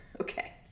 Okay